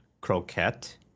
Croquette